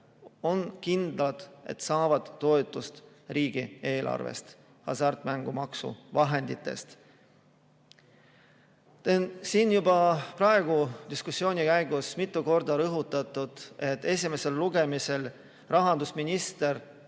on kindlad, et saavad toetust riigieelarvest ka hasartmängumaksu vahenditest. Siin on juba praegu diskussiooni käigus mitu korda rõhutatud, et esimesel lugemisel rahandusminister